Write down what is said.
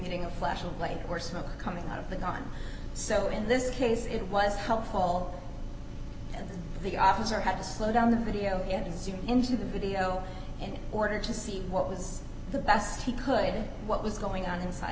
getting a flash of light or smoke coming out of the gun so in this case it was helpful and the officer had to slow down the video and zoom into the video and order to see what was the best he could what was going on inside